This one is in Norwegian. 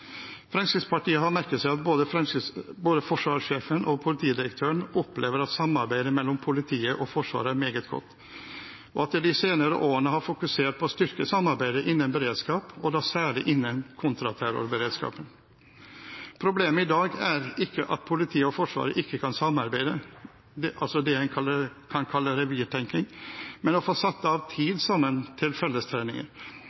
Fremskrittspartiet har merket seg at både forsvarssjefen og politidirektøren opplever at samarbeidet mellom politiet og Forsvaret er meget godt, og at de de senere årene har fokusert på å styrke samarbeidet innen beredskap, og da særlig innen kontraterrorberedskapen. Problemet i dag er ikke at politiet og Forsvaret ikke kan samarbeide – altså det en kan kalle revirtenkning – men å få satt av